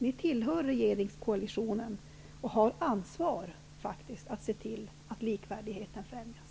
Ni tillhör regeringskoalitionen och har faktiskt ansvar för att se till att likvärdigheten främjas.